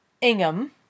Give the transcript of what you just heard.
Ingham